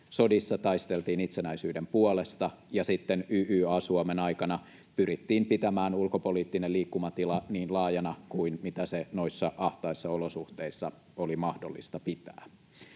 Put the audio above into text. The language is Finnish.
Sodissa taisteltiin itsenäisyyden puolesta, ja sitten YYA-Suomen aikana pyrittiin pitämään ulkopoliittinen liikkumatila niin laajana kuin mitä se noissa ahtaissa olosuhteissa oli mahdollista pitää.